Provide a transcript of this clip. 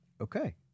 okay